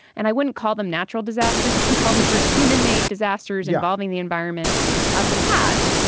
and i wouldn't call them natural disasters yeah and call them sort of human made disasters involving the environment of the past.